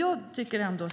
Regeringen och Miljöpartiet